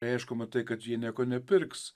aišku matai kad jie nieko nepirks